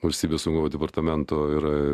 valstybės saugumo departamento yra